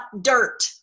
dirt